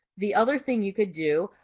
the other thing you could do,